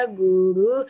guru